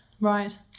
Right